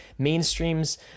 mainstreams